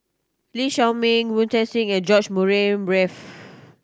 Lee Shao Meng Wu Tsai Yen and George Murray Reith